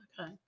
Okay